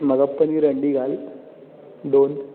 म्हाका पनीर हंडी घाल दोन